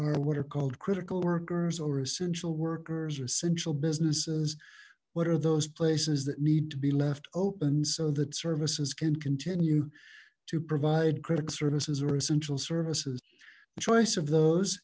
are what are called critical workers or essential workers or essential businesses what are those places that need to be left open so that services can continue to provide critical services or essential services choice of those